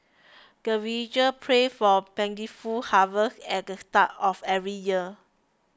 the villagers pray for plentiful harvest at the start of every year